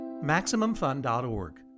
Maximumfun.org